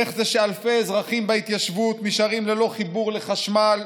איך זה שאלפי אזרחים בהתיישבות נשארים ללא חיבור לחשמל,